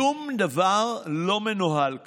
שום דבר לא מנוהל כאן.